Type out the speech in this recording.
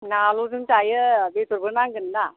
नाल'जों जायो बेदरबो नांगोन्ना